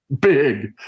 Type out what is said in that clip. big